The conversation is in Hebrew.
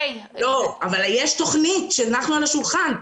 אבל יש תכנית שהנחנו על השולחן.